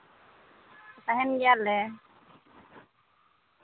ᱛᱟᱦᱮᱱ ᱜᱮᱭᱟᱞᱮ